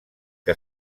que